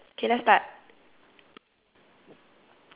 okay let's start